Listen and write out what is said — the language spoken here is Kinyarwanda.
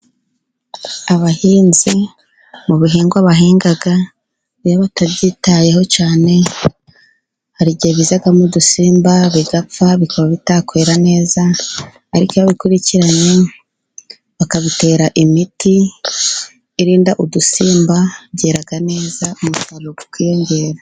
Abahinzi, mu bihingwa bahinga iyo batabyitayeho cyane hari igihe bijyamo udusimba bigapfa, bikaba bitakwera neza, ariko iyo babikurikiranye bakabitera imiti irinda udusimba byera neza umusaruro ukiyongera.